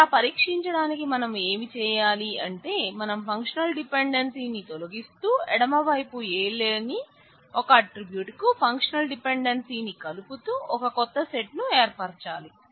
అలా పరీక్షించడానికి మనం ఏం చేయాలి అంటే మనం ఫంక్షనల్ డిపెండెన్సీ ని తొలగిస్తూ ఎడమ వైపు A లేని ఒక ఆట్రిబ్యూట్ కు ఫంక్షనల్ డిపెండెన్సీ ని కలుపుతూ ఒక కొత్త సెట్ ను ఏర్పరచాలి